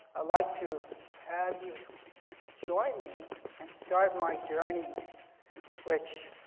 like to have you join me and start my journey which